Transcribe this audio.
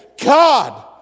God